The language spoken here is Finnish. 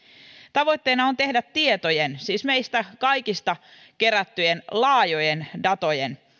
tavoitteena on tehdä tietojen siis meistä kaikista kerättyjen laajojen datojen